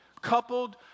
coupled